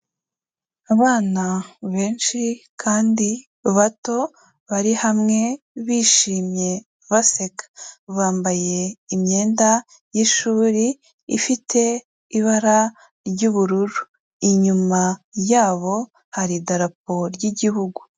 Abana benshi kandi bato bari hamwe bishimye baseka. Bambaye imyenda y'ishuri ifite ibara ry'ubururu, inyuma yabo hari idarapo ry'igihugu.